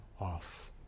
off